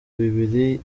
bibiri